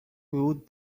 would